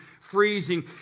freezing